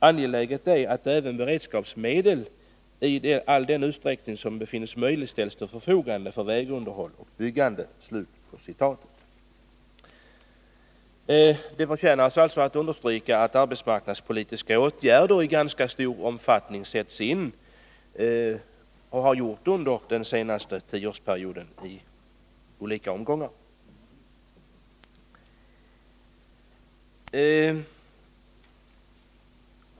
Angeläget är att även beredskapsmedel i all den utsträckning som befinns möjlig ställs till förfogande för vägunderhåll och byggande.” Det förtjänar alltså att understrykas att arbetsmarknadspolitiska åtgärder i ganska stor omfattning sätts in — och det har gjorts under den senaste tioårsperioden i olika omgångar.